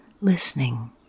listening